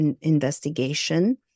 investigation